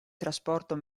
trasporto